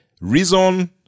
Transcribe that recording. Reason